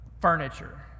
furniture